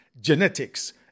genetics